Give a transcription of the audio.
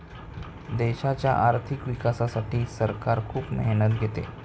देशाच्या आर्थिक विकासासाठी सरकार खूप मेहनत घेते